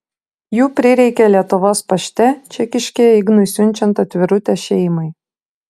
jų prireikė lietuvos pašte čekiškėje ignui siunčiant atvirutę šeimai